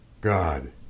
God